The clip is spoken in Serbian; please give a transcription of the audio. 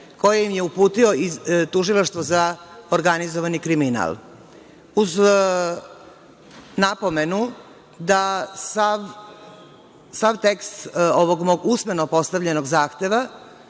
koji im je uputilo Tužilaštvo za organizovani kriminal, uz napomenu da sam sav tekst ovog mog usmeno postavljenog zahteva,